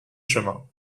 chemin